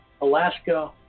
Alaska